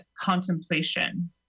contemplation